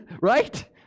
Right